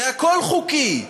זה הכול חוקי.